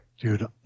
Dude